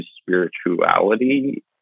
spirituality